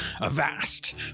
Avast